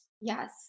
Yes